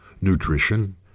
nutrition